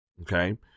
okay